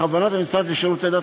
בכוונת המשרד לשירותי דת,